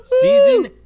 season